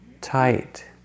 tight